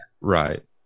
right